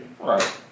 right